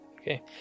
Okay